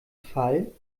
fall